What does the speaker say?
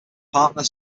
partner